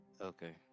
Okay